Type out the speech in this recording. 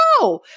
No